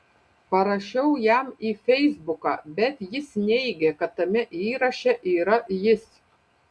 parašiau jam į feisbuką bet jis neigė kad tame įraše yra jis